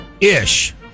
Ish